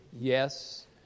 Yes